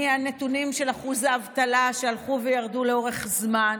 ומהנתונים על שיעור האבטלה שהלכו וירדו לאורך זמן,